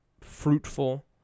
fruitful